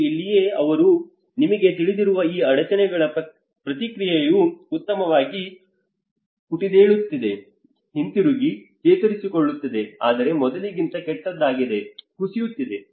ಮತ್ತು ಇಲ್ಲಿಯೇ ನಿಮಗೆ ತಿಳಿದಿರುವ ಈ ಅಡಚಣೆಗಳ ಪ್ರತಿಕ್ರಿಯೆಯು ಉತ್ತಮವಾಗಿ ಪುಟಿದೇಳುತ್ತದೆ ಹಿಂತಿರುಗಿ ಚೇತರಿಸಿಕೊಳ್ಳುತ್ತದೆ ಆದರೆ ಮೊದಲಿಗಿಂತ ಕೆಟ್ಟದಾಗಿದೆ ಕುಸಿಯುತ್ತದೆ